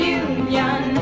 union